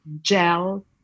gel